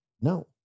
No